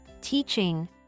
Teaching